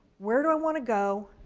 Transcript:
where do i want to go,